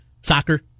soccer